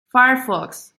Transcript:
firefox